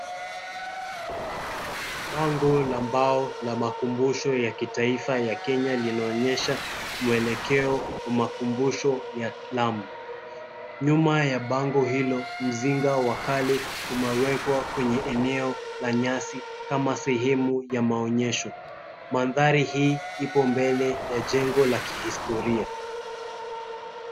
Bango la mbao la makumbusho ya kitaifa ya Kenya linaonyesha mwelekeo wa makumbusho ya Lamu. Nyuma ya bango hilo, mzinga wa kale umewekwa kwenye eneo la nyasi kama sehemu ya maonyesho. Manthari hii ipo mbele ya jengo la kihistoria.